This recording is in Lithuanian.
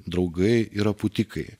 draugai yra pūtikai